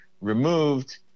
removed